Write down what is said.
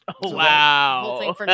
Wow